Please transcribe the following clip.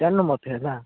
ଜାଣିନୁ ମୋତେ ହେଲା